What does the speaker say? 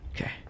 Okay